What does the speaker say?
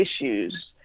issues